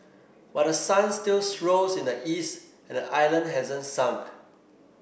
but the sun still rose in the east and the island hasn't sunk